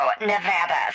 Nevada